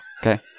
okay